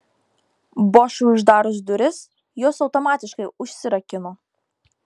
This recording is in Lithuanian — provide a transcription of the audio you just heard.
bošui uždarius duris jos automatiškai užsirakino